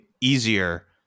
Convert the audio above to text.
easier